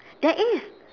there is